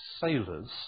sailors